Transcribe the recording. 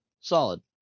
Solid